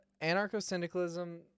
anarcho-syndicalism